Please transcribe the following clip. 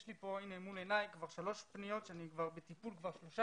יש לי פה מול עיניי שלוש פניות שאני בטיפול כבר שלושה